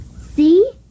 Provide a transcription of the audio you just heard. See